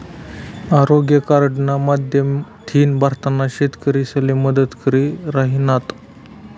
आरोग्य कार्डना माध्यमथीन भारतना शेतकरीसले मदत करी राहिनात